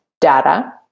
data